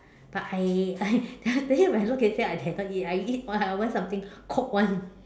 but I I then when I look at it I dare not eat I want something cooked [one]